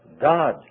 God